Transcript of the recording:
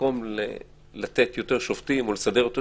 במקום לתת יותר שופטים או לסדר את עבודת